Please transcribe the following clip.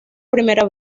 primera